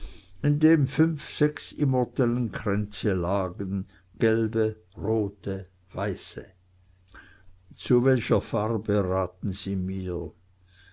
in dem fünf sechs immortellenkränze lagen gelbe rote weiße zu welcher farbe raten sie mir